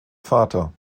vater